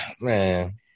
Man